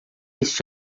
este